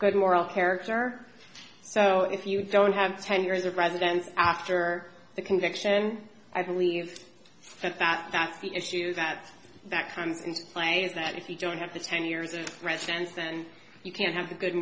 good moral character so if you don't have ten years of residence after the conviction i believe that that that's the issue that that comes into play is that if you don't have the ten years of presidents and you can't have the good